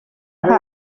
nka